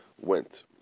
went